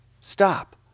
Stop